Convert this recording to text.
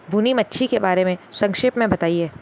भुनी मच्छी के बारे में संक्षेप में बताएँ